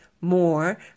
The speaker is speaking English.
more